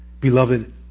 Beloved